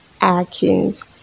actions